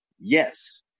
yes